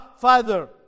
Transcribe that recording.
Father